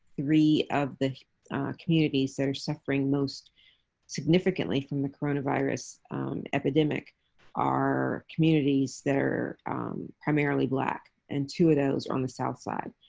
three of the communities that are suffering most significantly from the coronavirus epidemic are communities that are primarily black. and two of those are on the south side.